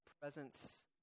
presence